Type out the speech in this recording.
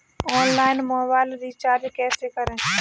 Online mobile recharge कैसे करें?